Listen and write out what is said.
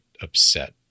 upset